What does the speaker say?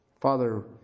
Father